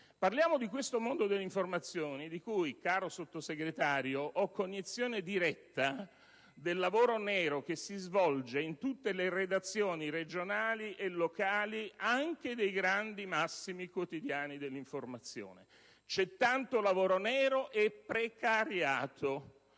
Parliamo di questo mondo dell'informazione di cui, caro Sottosegretario, ho cognizione diretta del lavoro nero che si svolge in tutte le redazioni regionali e locali anche dei massimi quotidiani dell'informazione. C'è tanto lavoro nero e precariato.